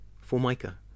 formica